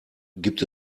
gibt